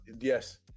Yes